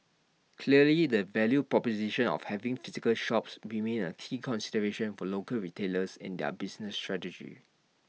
clearly the value proposition of having physical shops remains A key consideration for local retailers in their business strategy